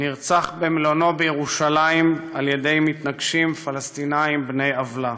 נרצח במלונו בירושלים על ידי מתנקשים פלסטינים בני עוולה.